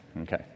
Okay